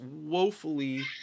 woefully